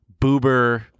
Boober